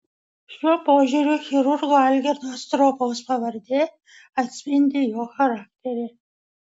šiuo požiūriu chirurgo algirdo stropaus pavardė atspindi jo charakterį